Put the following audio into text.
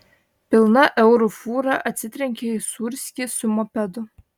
pilna eurų fūra atsitrenkė į sūrskį su mopedu